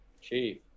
Chief